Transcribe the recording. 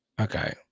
Okay